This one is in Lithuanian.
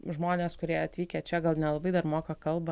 žmones kurie atvykę čia gal nelabai dar moka kalbą